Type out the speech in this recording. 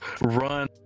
run